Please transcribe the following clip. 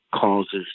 causes